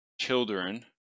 children